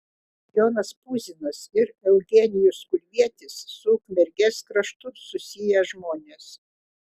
jonas puzinas ir eugenijus kulvietis su ukmergės kraštu susiję žmonės